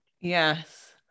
Yes